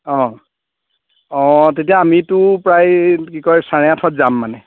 অ অ তেতিয়া আমিতো প্ৰায় কি কয় চাৰে আঠত যাম মানে